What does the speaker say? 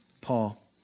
Paul